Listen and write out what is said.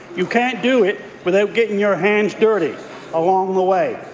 you can't do it without getting your hands dirty along the way.